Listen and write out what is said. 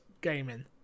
gaming